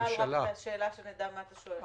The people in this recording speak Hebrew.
תשאל את השאלה, כדי שנדע מה אתה שואל.